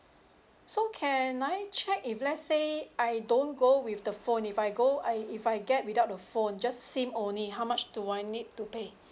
so can I check if let's say I don't go with the phone if I go I if I get without the phone just SIM only how much do I need to pay